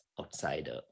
outsider